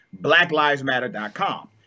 blacklivesmatter.com